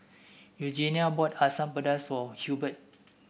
Eugenia bought Asam Pedas for Hurbert